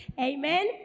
Amen